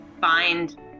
find